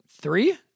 three